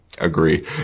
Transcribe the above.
agree